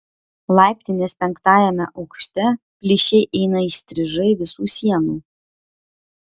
laiptinės penktajame aukšte plyšiai eina įstrižai visų sienų